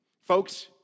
Folks